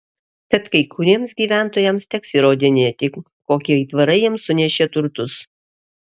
tad kai kuriems gyventojams teks įrodinėti kokie aitvarai jiems sunešė turtus